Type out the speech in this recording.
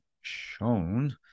shown